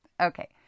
Okay